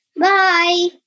Bye